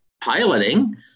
piloting